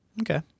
Okay